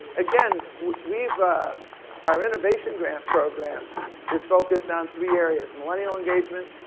again, we've our innovation grant program is focused on three areas millennial engagement,